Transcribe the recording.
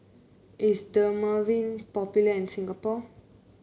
is Dermaveen popular in Singapore